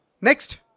Next